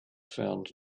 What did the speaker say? found